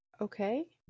Okay